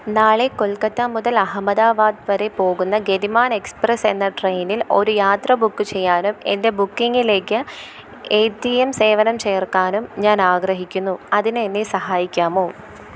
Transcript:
നാളെ കൊൽക്കത്ത മുതൽ അഹമ്മദാബാദ് വരെ പോകുന്ന ഗതിമാൻ എക്സ്പ്രസ്സ് എന്ന ട്രെയിനിൽ ഒരു യാത്ര ബുക്ക് ചെയ്യാനും എൻ്റെ ബുക്കിംഗിലേക്ക് എ ടി എം സേവനം ചേർക്കാനും ഞാൻ ആഗ്രഹിക്കുന്നു അതിന് എന്നെ സഹായിക്കാമോ